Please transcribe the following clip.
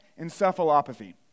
encephalopathy